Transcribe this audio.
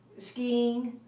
skiing.